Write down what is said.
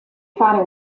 fare